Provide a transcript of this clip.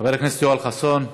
חבר הכנסת יואל חסון,